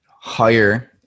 higher